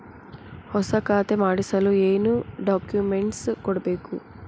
ಹೊಸ ಖಾತೆ ಮಾಡಿಸಲು ಏನು ಡಾಕುಮೆಂಟ್ಸ್ ಕೊಡಬೇಕು?